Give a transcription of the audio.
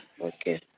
Okay